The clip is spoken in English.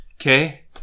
okay